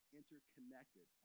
interconnected